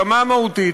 ברמה המהותית,